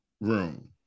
room